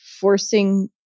forcing